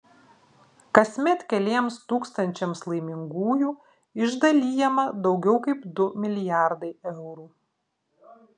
kasmet keliems tūkstančiams laimingųjų išdalijama daugiau kaip du milijardai eurų